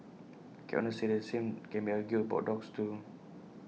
cat owners say the same can be argued about dogs too